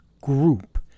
group